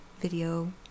video